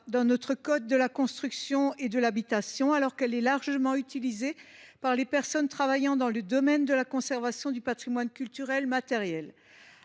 dans notre code de la construction et de l’habitation, alors qu’elle est largement utilisée par les personnes travaillant dans le domaine de la conservation du patrimoine culturel matériel.